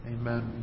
Amen